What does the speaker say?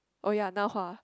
oh ya Nan-Hua